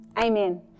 amen